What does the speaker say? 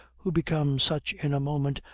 who become such in a moment,